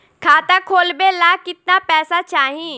खाता खोलबे ला कितना पैसा चाही?